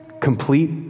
complete